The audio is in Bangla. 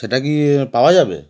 সেটা কি পাওয়া যাবে